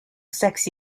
sex